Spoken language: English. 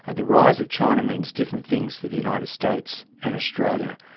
ah the rise of china means different things for the united states and australia.